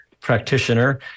practitioner